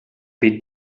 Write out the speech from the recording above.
wie